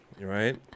right